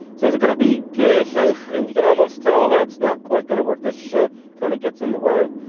so it's going to be. and and you can almost tell that's not quite going to work. this shirt kind of gets in the way.